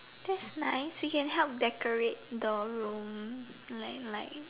that's nice we can help decorate the room like like